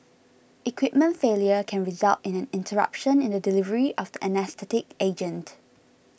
equipment failure can result in an interruption in the delivery of the anaesthetic agent